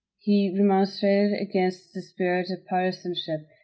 he remonstrated against the spirit of partisanship,